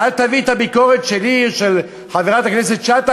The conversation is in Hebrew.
ואל תביא את הביקורת שלי ושל חברת הכנסת שטה